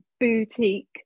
boutique